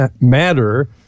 matter